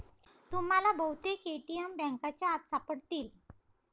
तुम्हाला बहुतेक ए.टी.एम बँकांच्या आत सापडतील